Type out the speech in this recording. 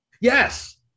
Yes